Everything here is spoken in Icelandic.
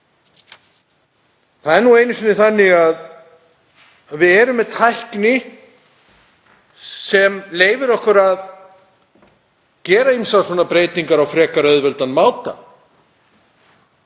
Það er nú einu sinni þannig að við erum með tækni sem leyfir okkur að gera ýmsar breytingar á frekar auðveldan máta